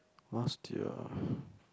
must your